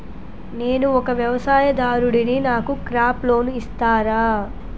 నేను ఒక వ్యవసాయదారుడిని నాకు క్రాప్ లోన్ ఇస్తారా?